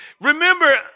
Remember